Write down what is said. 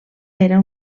era